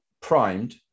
primed